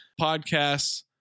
podcasts